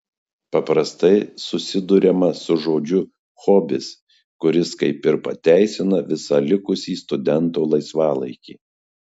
paprastai susiduriama su žodžiu hobis kuris kaip ir pateisina visą likusį studento laisvalaikį